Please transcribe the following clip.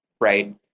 Right